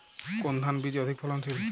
কোন ধান বীজ অধিক ফলনশীল?